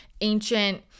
ancient